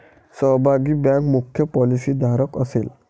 सहभागी बँक मुख्य पॉलिसीधारक असेल